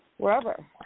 Wherever